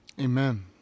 Amen